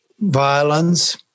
violence